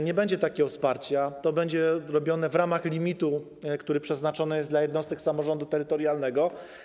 Nie będzie takiego wsparcia, to będzie robione w ramach limitu, który przeznaczony jest dla jednostek samorządu terytorialnego.